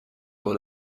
will